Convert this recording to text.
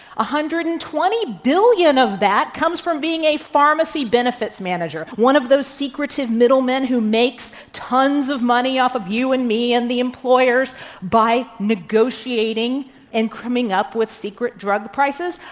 ah hundred and twenty billion of that comes from being a pharmacy benefits manager, one of those secretive middle men who makes tons of money off of you and me and the employers by negotiating and coming up with secret drug prices.